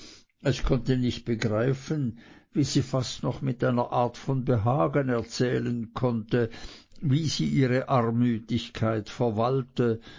es konnte nicht begreifen wie sie fast noch mit einer art von behagen erzählen konnte wie sie ihre armütigkeit verwalte